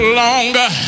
longer